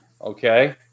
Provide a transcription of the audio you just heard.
okay